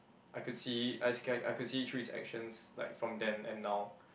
I could see I I could see through his actions like from then and now